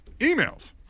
emails